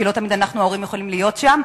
כי לא תמיד אנחנו ההורים יכולים להיות שם,